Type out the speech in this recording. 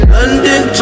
London